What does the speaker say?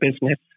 business